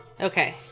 Okay